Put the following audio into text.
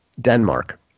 Denmark